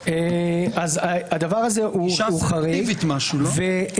גישה אסרטיבית משהו, לא?